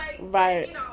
Right